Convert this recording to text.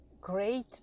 great